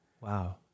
Wow